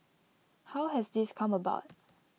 how has this come about